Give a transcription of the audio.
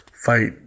fight